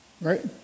right